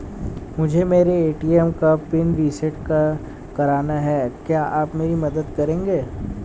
मुझे मेरे ए.टी.एम का पिन रीसेट कराना है क्या आप मेरी मदद करेंगे?